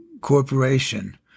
corporation